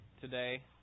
today